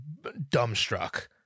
dumbstruck